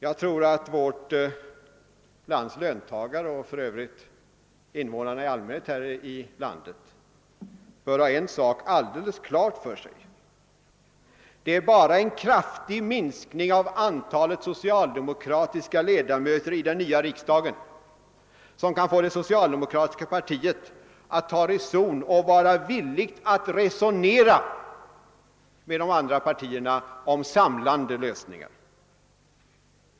Jag tror att vårt lands löntagare och invånare i allmänhet bör ha en sak alldeles klar för sig: det är bara en kraftig minskning av antalet socialdemokratiska ledamöter i den nya riksdagen som kan få det socialdemokratiska partiet att ta reson och vara villigt att resonera med de andra partierna om samlande lösningar.